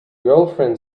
girlfriend